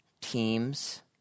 teams